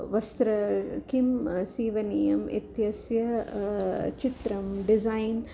वस्त्रं किं सीवनीयम् इत्यस्य चित्रं डिसैन्